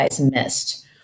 missed